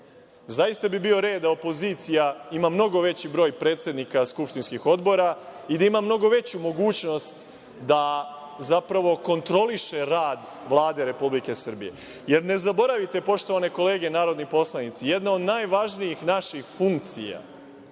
Zaista bi bio red da opozicija ima mnogo veći broj predsednika skupštinskih odbora i da ima mnogo veću mogućnost da zapravo kontroliše rad Vlade Republike Srbije, jer ne zaboravite poštovane kolege narodni poslanici, jedna od najvažnijih naših funkcija,